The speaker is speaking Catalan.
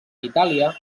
itàlia